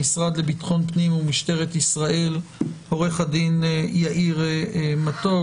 מהמשרד לביטחון פנים ומשטרת ישראל נמצאים אתנו עורך הדין יאיר מתוק,